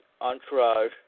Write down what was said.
entourage